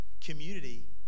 Community